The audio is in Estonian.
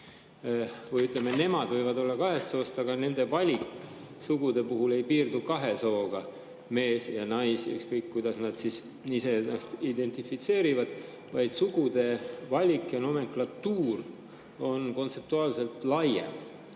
või, ütleme, nemad võivad olla eri soost, aga nende valik sugude puhul ei piirdu kahe sooga, mees- ja naissooga või ükskõik, kuidas nad ise ennast identifitseerivad, vaid sugude valik ja nomenklatuur on kontseptuaalselt laiem,